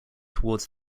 towards